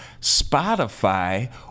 Spotify